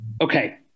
Okay